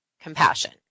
compassion